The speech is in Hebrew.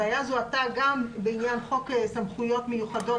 הבעיה זוהתה גם בעניין חוק סמכויות מיוחדות,